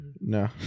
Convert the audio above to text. No